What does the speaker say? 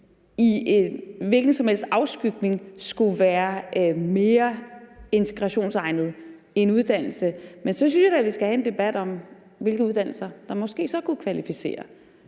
en hvilken som helst afskygning skulle være mere integrationsegnet end uddannelse. Men så synes jeg da, at vi skal have en debat om, hvilke uddannelser der måske så kunne kvalificere.